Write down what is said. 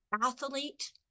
athlete